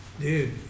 dude